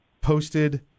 posted